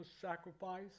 sacrifice